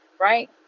right